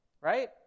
right